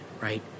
right